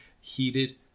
Heated